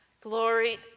Glory